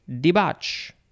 Debauch